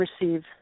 receive